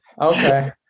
Okay